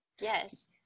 Yes